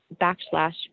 backslash